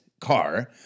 car